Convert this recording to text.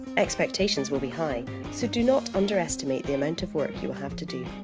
expectations will be high so do not underestimate the amount of work you'll have to do.